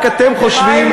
רק אתם חושבים.